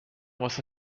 واسه